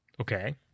Okay